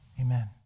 Amen